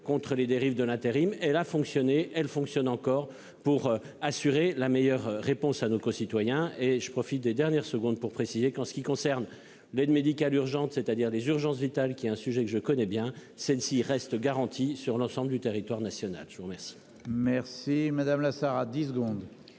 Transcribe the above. contre les dérives de l'intérim. Elle a fonctionné, elle fonctionne encore pour assurer la meilleure réponse à nos concitoyens et je profite des dernières secondes pour préciser qu'en ce qui concerne l'aide médicale urgente, c'est-à-dire les urgences vitales qui est un sujet que je connais bien, celle-ci reste garanties sur l'ensemble du territoire national. Je vous remercie. Merci madame la Sarah. 10 secondes.